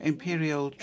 Imperial